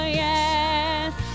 yes